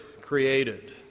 created